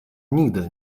nigdy